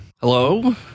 Hello